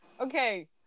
Okay